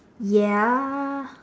ya